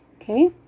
Okay